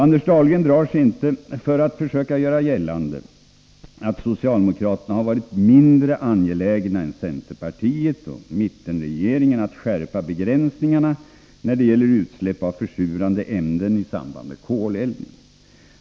Anders Dahlgren drar sig inte för att försöka göra gällande att socialdemokraterna har varit mindre angelägna än centerpartiet och mittenregeringen att skärpa begränsningarna när det gäller utsläpp av försurande ämnen i samband med koleldning.